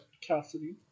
Cassidy